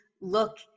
look